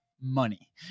money